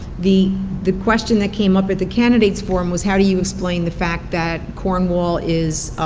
the the question that came up at the candidates forum was how do you explain the fact that cornwall is,